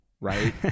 right